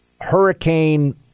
hurricane